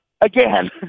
again